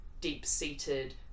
deep-seated